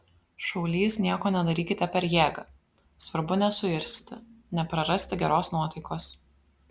šaulys nieko nedarykite per jėgą svarbu nesuirzti neprarasti geros nuotaikos